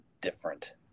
different